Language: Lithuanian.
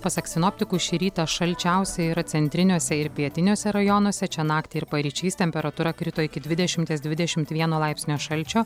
pasak sinoptikų šį rytą šalčiausia yra centriniuose ir pietiniuose rajonuose čia naktį ir paryčiais temperatūra krito iki dvidešimties dvidešimt vieno laipsnio šalčio